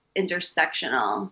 intersectional